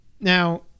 Now